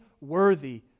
worthy